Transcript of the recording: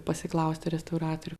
pasiklausti restauratorių